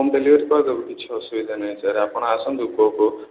home delivery କରିଦେବୁ କିଛି ଅସୁବିଧା ନାଇଁ ସାର୍ ଆପଣ ଆସନ୍ତୁ କେଉଁ କେଉଁ